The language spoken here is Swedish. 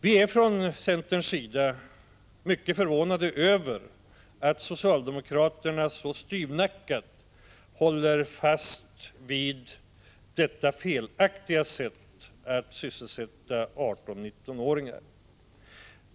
Vi inom centern är mycket förvånade över att socialdemokraterna så styvnackat håller fast vid detta felaktiga sätt att sysselsätta 18—19-åringar.